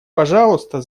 пожалуйста